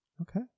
Okay